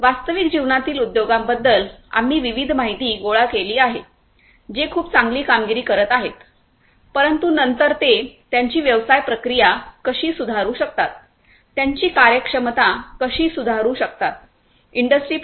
वास्तविक जीवनातील उद्योगांबद्दल आम्ही विविध माहिती गोळा केली आहे जे खूप चांगली कामगिरी करत आहेत परंतु नंतर ते त्यांची व्यवसाय प्रक्रिया कशी सुधारू शकतात त्यांची कार्यक्षमता कशी सुधारू शकतात इंडस्ट्री 4